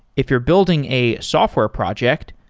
if you're building a software project,